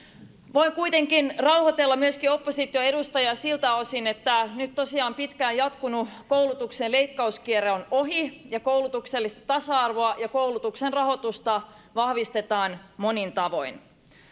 voin kuitenkin rauhoitella myöskin opposition edustajia siltä osin että nyt tosiaan pitkään jatkunut koulutuksen leikkauskierre on ohi ja koulutuksellista tasa arvoa ja koulutuksen rahoitusta vahvistetaan monin tavoin